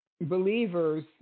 believers